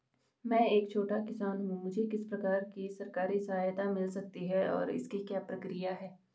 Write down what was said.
मैं एक छोटा किसान हूँ मुझे किस प्रकार की सरकारी सहायता मिल सकती है और इसकी क्या प्रक्रिया है?